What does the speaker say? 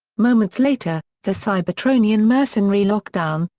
moments later, the cybertronian mercenary lockdown,